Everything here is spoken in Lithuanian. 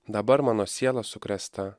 dabar mano siela sukrėsta